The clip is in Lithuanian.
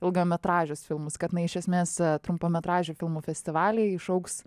ilgametražius filmus kad na iš esmės trumpametražių filmų festivaliai išaugs